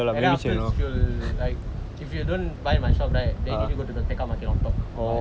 and then afterwards she'll like if you don't buy my like go to the tekka market go on top the market to buy or maybe around monroe lah